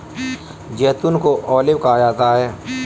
जैतून को ऑलिव कहा जाता है